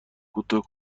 کوتاه